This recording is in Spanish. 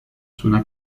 suena